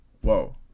whoa